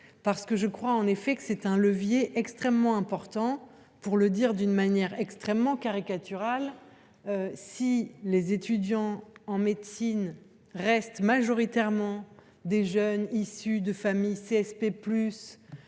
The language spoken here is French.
santé. Je crois en effet que c’est un levier extrêmement important. Pour le dire de manière très caricaturale, si les étudiants en médecine restent majoritairement des jeunes issus de familles CSP+,